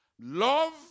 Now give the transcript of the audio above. Love